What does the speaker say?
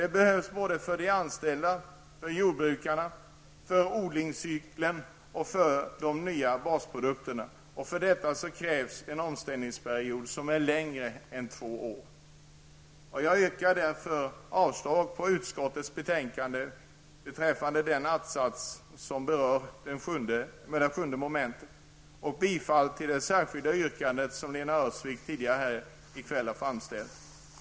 Det behövs för de anställda, för jordbrukarna, för odlingscykeln och för de nya basprodukterna. För detta krävs en omställningsperiod som är längre än två år. Jag yrkar därför avslag på utskottets hemställan beträffande den att-sats som berör mom. 7 och bifall till det särskilda yrkande som Lena Öhrsvik tidigare i kväll har framställt.